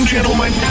Gentlemen